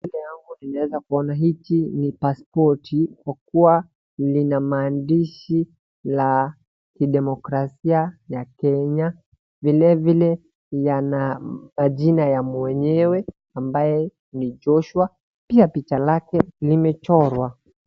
Mbele yangu ninaeza kuona hiki ni pasipoti kwa kuwa lina maandishi la kidemokrasia ya Kenya. Vilevile yana majina ya mwenyewe ambaye ni Joshua pia picha lake limechorwa.